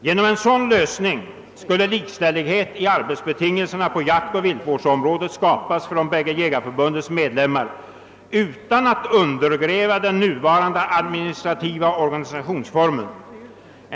Genom en sådan lösning skulle likställighet i arbetsbetingelserna på jaktoch viltvårdsområdet skapas för de bägge jägarförbundens medlemmar utan att den nuvarande administrativa organisationsformen undergrävs.